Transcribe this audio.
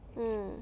mm